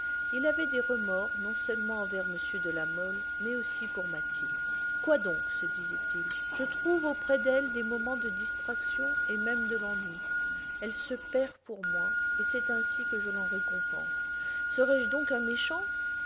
il avait des remords non seulement envers m de la mole mais aussi pour mathilde quoi donc se disait-il je trouve auprès d'elle des moments de distraction et même de l'ennui elle se perd pour moi et c'est ainsi que je l'en récompense serais-je donc un méchant